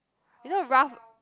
you know Ralph